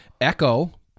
Echo